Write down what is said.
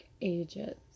Ages